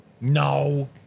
No